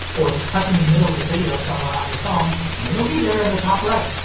or touch in the middle of the video somewhere on your phone and it'll be there in the top right.